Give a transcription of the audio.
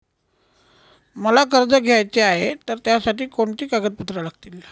मला कर्ज घ्यायचे आहे तर त्यासाठी कोणती कागदपत्रे लागतील?